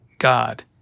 God